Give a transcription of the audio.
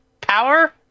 power